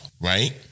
Right